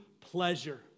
pleasure